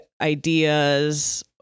ideas